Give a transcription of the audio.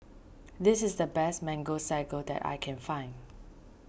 this is the best Mango Sago that I can find